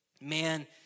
man